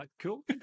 Cool